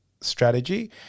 strategy